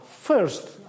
First